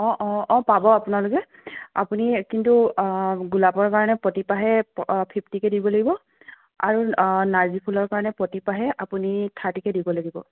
অ অ অ পাব আপোনালোকে আপুনি কিন্তু গোলাপৰ কাৰণে প্ৰতিপাহে অ ফিফটিকৈ দিব লাগিব আৰু নাৰ্জী ফুলৰ কাৰণে প্ৰতিপাহে আপুনি থাৰ্টিকৈ দিব লাগিব